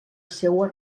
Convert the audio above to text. seua